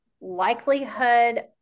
likelihood